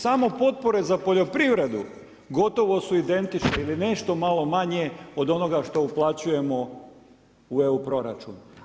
Samo potpore za poljoprivredu gotovo su identične ili nešto malo manje od onoga što uplaćujemo u EU proračun.